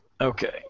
Okay